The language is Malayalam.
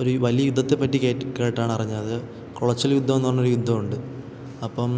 ഒരു വലിയ യുദ്ധത്തെപ്പറ്റി കേട്ടാണറിഞ്ഞത് കൊളച്ചില് യുദ്ധമെന്ന് പറഞ്ഞൊരു യുദ്ധം ഉണ്ട് അപ്പം